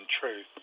truth